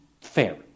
fair